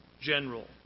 general